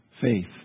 Faith